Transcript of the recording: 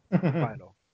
final